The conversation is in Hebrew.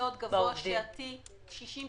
-- מציעים שכר מאוד גבוה לפי שעה,